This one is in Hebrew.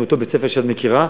מאותו בית-ספר שאת מכירה,